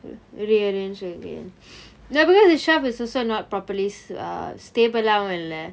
re~ re-arrange again ya because the shelf is also not properly s~ uh uh stable வும் இல்ல :vum illa